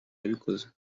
yabikoze